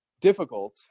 difficult